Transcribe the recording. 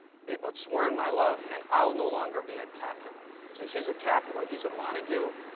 be but sworn my love, and i'll no longer be a capulet. see she's a capulet, he's a montague.